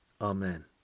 Amen